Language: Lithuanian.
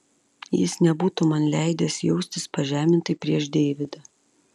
jis nebūtų man leidęs jaustis pažemintai prieš deividą